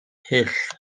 hyll